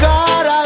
God